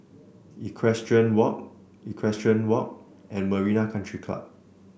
Equestrian Walk Equestrian Walk and Marina Country Club